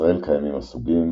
בישראל קיימים הסוגים